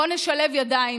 בוא נשלב ידיים,